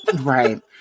Right